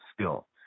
skill